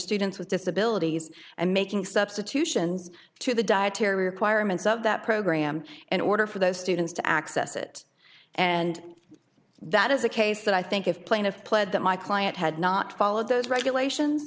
students with disabilities and making substitutions to the dietary requirements of that program in order for those students to access it and that is a case that i think if plaintiff pled that my client had not followed those regulation